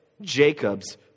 jacob's